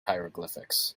hieroglyphics